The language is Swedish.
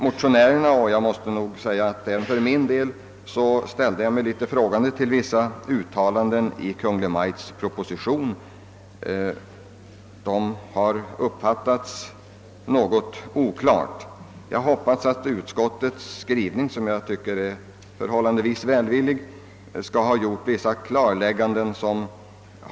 | Jag har själv liksom motionärerna ställt mig frågande till vissa uttalanden i Kungl. Maj:ts proposition, uttalanden som uppfattats som något oklara. Utskottets skrivning i anslutning till motionerna, vilken jag tycker är förhållandevis välvillig, innebär vissa klarlägganden.